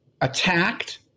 attacked